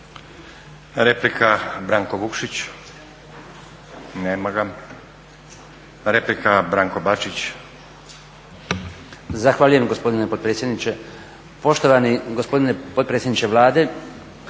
Replika Branko Vukšić. Nema ga. Replika Branko Bačić. **Bačić, Branko (HDZ)** Zahvaljujem gospodine potpredsjedniče. Poštovani gospodine potpredsjedniče Vlade,